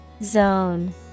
Zone